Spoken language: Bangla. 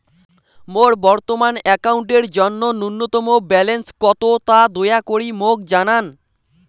মোর বর্তমান অ্যাকাউন্টের জন্য ন্যূনতম ব্যালেন্স কত তা দয়া করি মোক জানান